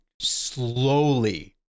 slowly